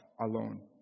alone